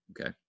Okay